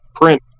Print